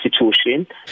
Institution